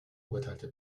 urteilte